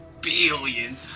billion